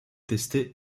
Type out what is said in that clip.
testé